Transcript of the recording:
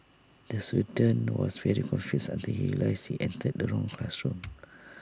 the student was very confused until he realised he entered the wrong classroom